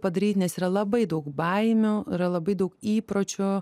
padaryt nes yra labai daug baimių yra labai daug įpročių